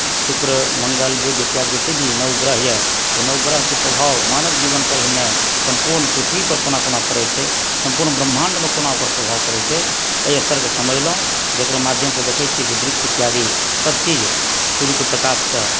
शुक्र मङ्गल बुध इत्यादि जते भी नवग्रह यऽ ओ नवग्रहके प्रभाव मानव जीवन पर ही नहि सम्पूर्ण पृथ्वी पर कोना कोना पड़ै छै सम्पूर्ण ब्रमाण्डमे कोना ओकर प्रभाव पड़ै छै एहि स्तरके समझलहुँ जेकर माध्यमसंँ देखए छियै जे वृक्ष इत्यादि सब चीज सूर्यके प्रकाशसंँ